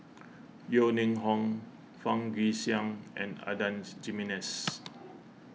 Yeo Ning Hong Fang Guixiang and Adan's Jimenez